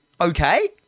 okay